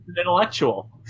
intellectual